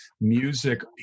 music